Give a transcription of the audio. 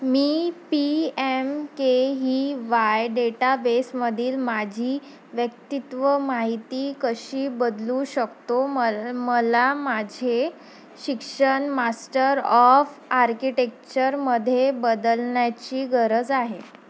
मी P M K ही Y डेटाबेसमधील माझी वैयक्तिक माहिती कशी बदलू शकतो मल मला माझे शिक्षण मास्टर ऑफ आर्किटेक्चरमध्ये बदलण्याची गरज आहे